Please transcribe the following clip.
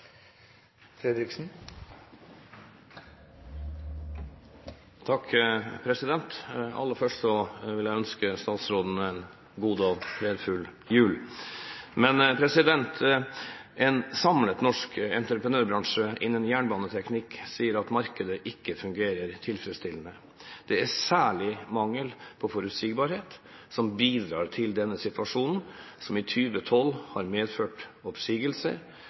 Aller først vil jeg ønske statsråden en god og fredfull jul. «En samlet norsk entreprenørbransje innen jernbaneteknikk sier at markedet ikke fungerer tilfredsstillende. Det er særlig mangel på forutsigbarhet som bidrar til denne situasjonen som i 2012 har medført